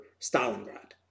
Stalingrad